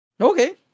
Okay